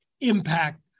impact